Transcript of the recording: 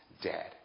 dead